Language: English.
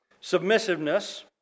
submissiveness